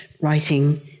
writing